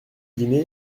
dîner